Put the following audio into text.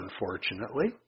unfortunately